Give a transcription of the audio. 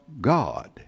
God